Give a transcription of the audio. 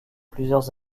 plusieurs